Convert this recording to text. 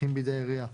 בידי העירייה.